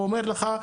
הוא אומר לך,